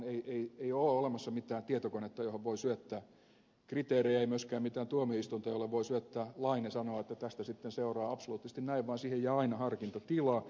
ei ole olemassa mitään tietokonetta johon voi syöttää kriteerejä ei myöskään mitään tuomioistuinta jolle voi syöttää lain ja sanoa että tästä sitten seuraa absoluuttisesti näin vaan siihen jää aina harkintatila